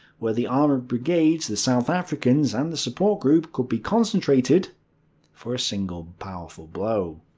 where the armoured brigades, the south africans, and the support group, could be concentrated for a single powerful blow.